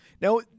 Now